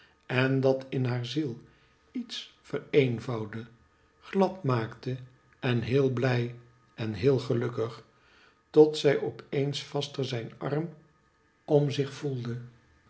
en dat in haar ziel iets vereenvoudde glad maakte en heel blij en heel gelukkig tot zij op eens vaster zijn arm om zich voelde